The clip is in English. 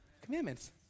Commandments